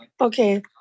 Okay